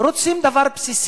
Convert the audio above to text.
רוצים דבר בסיסי: